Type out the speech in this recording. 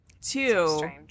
two